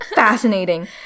Fascinating